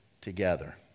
together